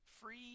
free